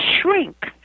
shrink